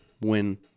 win